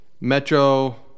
Metro